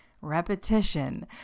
repetition